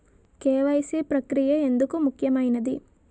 KYC ప్రక్రియ ఎందుకు ముఖ్యమైనది?